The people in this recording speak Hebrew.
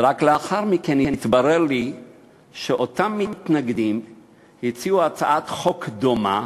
ורק לאחר מכן התברר לי שאותם מתנגדים הציעו הצעת חוק דומה,